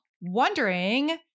wondering